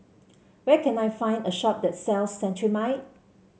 where can I find a shop that sells Cetrimide